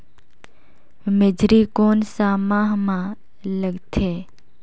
मेझरी कोन सा माह मां लगथे